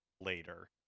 later